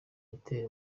bitera